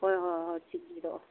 ꯍꯣꯏ ꯍꯣꯏ ꯍꯣꯏ ꯊꯤꯟꯕꯤꯔꯛꯑꯣ